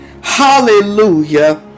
Hallelujah